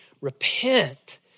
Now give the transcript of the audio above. Repent